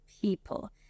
people